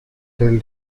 tell